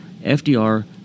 FDR